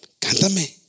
cántame